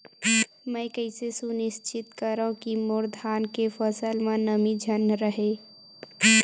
मैं कइसे सुनिश्चित करव कि मोर धान के फसल म नमी झन रहे?